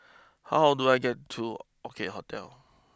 how do I get to Orchid Hotel